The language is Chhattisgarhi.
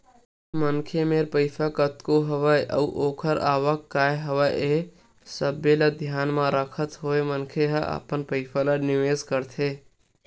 मनखे मेर पइसा कतका हवय अउ ओखर आवक काय हवय ये सब्बो ल धियान म रखत होय मनखे ह अपन पइसा ल निवेस करथे